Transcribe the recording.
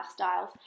lifestyles